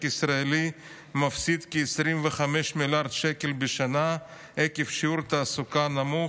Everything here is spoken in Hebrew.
הישראלי מפסיד כ-25 מיליארד שקל בשנה עקב שיעור תעסוקה נמוך,